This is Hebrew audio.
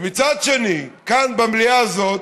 ומצד שני, כאן, במליאה הזאת,